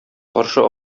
каршы